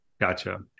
Gotcha